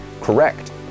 correct